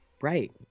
Right